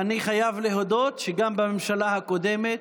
אני חייב להודות שגם בממשלה הקודמת